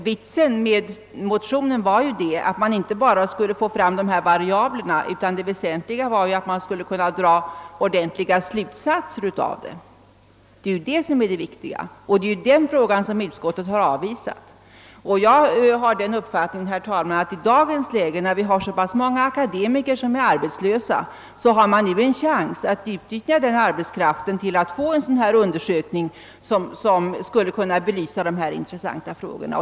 Vitsen med motionen var inte bara att man skulle få fram dessa variabler utan att man skulle kunna dra riktiga slutsatser därav. Det är detta som är det viktiga, och det är ju detta förslag som utskottet har avstyrkt. Jag har den uppfattningen, herr talman, att det i dagens läge när det finns så många akademiker som är arbetslösa föreligger en möjlighet att utnyttja denna arbetskraft till att genomföra en sådan här undersökning som skulle kunna belysa dessa intressanta frågor.